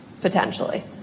potentially